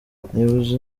abayobozi